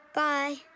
bye